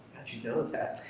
you know that?